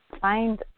find